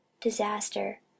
disaster